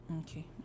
Okay